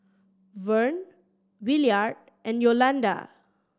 Vern Williard and Yolanda